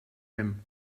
him